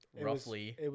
roughly